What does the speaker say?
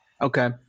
Okay